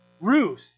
Ruth